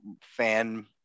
fan